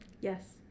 Yes